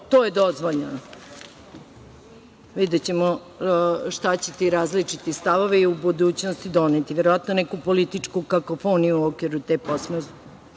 To je dozvoljeno. Videćemo šta će ti različiti stavovi u budućnosti doneti, verovatno neku političku kakofoniju u okviru te